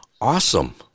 awesome